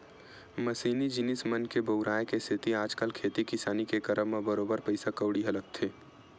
मसीनी जिनिस मन के बउराय के सेती आजकल खेती किसानी के करब म बरोबर पइसा कउड़ी ह लगथे